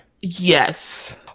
Yes